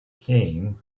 came